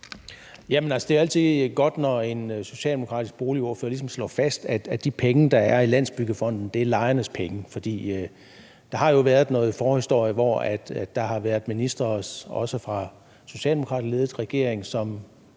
Det er altid godt, når en socialdemokratisk boligordfører ligesom slår fast, at de penge, der er i Landsbyggefonden, er lejernes penge, for der har jo været noget forhistorie, hvor der har været ministre, også fra en socialdemokratisk ledet regering,